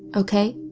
okay?